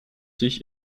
sich